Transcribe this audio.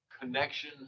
connection